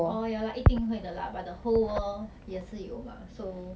orh ya lah 一定会的 lah but the whole world 也是有 mah so